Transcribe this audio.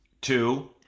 Two